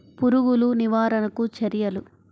పురుగులు నివారణకు చర్యలు?